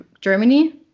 Germany